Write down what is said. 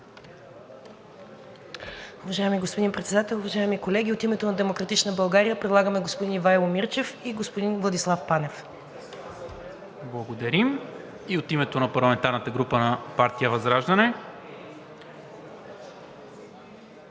Благодаря. И от името на парламентарната група на партия ВЪЗРАЖДАНЕ?